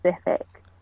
specific